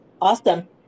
awesome